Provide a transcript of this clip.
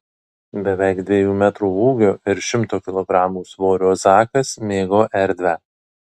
beveik dviejų metrų ūgio ir šimto kilogramų svorio zakas mėgo erdvę